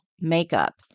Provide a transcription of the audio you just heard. makeup